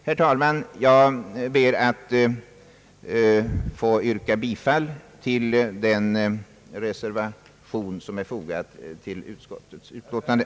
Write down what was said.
Jag ber, herr talman, att få yrka bifall till den reservation som är fogad till utskottsutlåtandet.